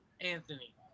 Anthony